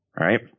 right